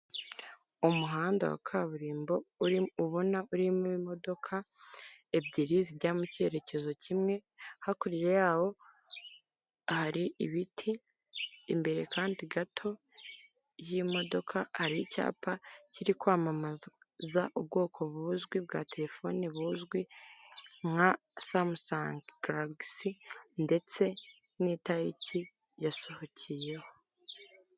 Umuhanda wa kaburimbo uri ubona urimo imodoka ebyiri zijya mu cyerekezo kimwe, hakurya yawo hari ibiti imbere kandi gato y'imodoka ari icyapa kiri kwamamaza ubwoko buzwi bwa telefone buzwi nka samusanga galagisi ndetse n'itariki yasohokeyeho.